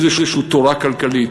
איזושהי תורה כלכלית.